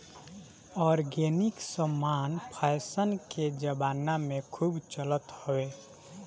organic समान fashion के जमाना में खूब चलत हवे